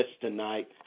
tonight